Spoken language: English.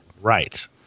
Right